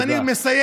אז אני מסיים,